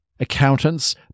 Accountants